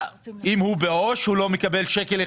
הוא שקל אחד לא מקבל מזה.